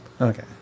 Okay